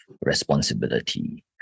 responsibility